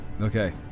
Okay